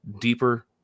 deeper